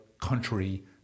country